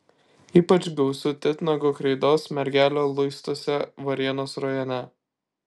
ypač gausu titnago kreidos mergelio luistuose varėnos rajone